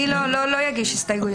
אני לא אגיש הסתייגויות.